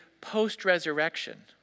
post-resurrection